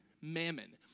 Mammon